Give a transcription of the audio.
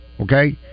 okay